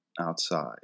outside